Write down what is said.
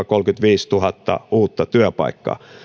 kolmekymmentäviisituhatta uutta työpaikkaa